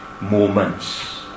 moments